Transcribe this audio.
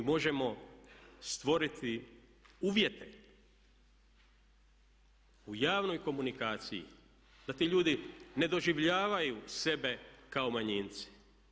Mi možemo stvoriti uvjete u javnoj komunikaciji da ti ljudi ne doživljavaju sebe kao manjince.